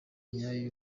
nyayo